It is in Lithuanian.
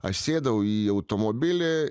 aš sėdau į automobilį